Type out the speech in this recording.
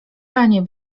panie